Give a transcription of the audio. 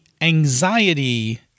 anxiety